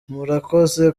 murakoze